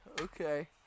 okay